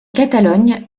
catalogne